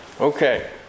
Okay